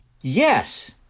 Yes